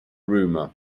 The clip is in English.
rumor